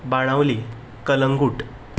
Benaulim Calangute